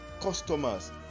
customers